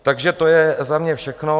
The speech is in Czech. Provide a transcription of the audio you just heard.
Takže to je za mě všechno.